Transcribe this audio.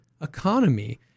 economy